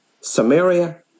Samaria